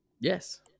Yes